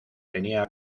tenía